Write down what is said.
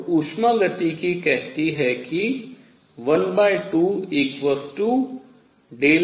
तो उष्मागतिकी कहती है कि 1T∂S∂UV